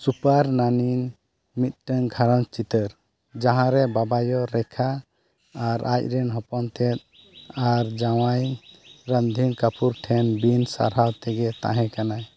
super ᱱᱟᱱᱤ ᱢᱤᱫᱴᱟᱹᱝ ᱜᱷᱟᱨᱚᱸᱡᱽ ᱪᱤᱛᱟᱹᱨ ᱡᱟᱦᱟᱨᱮ ᱵᱟᱵᱟᱭᱳ ᱨᱮᱠᱷᱟ ᱟᱨ ᱟᱡ ᱨᱮᱱ ᱦᱚᱚᱯᱚᱱᱛᱮᱫ ᱟᱨ ᱡᱟᱶᱟᱭ ᱨᱟᱱᱫᱷᱤᱱ ᱠᱟᱯᱩᱨ ᱴᱷᱮᱱ ᱵᱤᱱ ᱥᱟᱨᱦᱟᱣ ᱛᱮᱜᱮ ᱛᱟᱦᱮᱸ ᱠᱟᱱᱟᱭ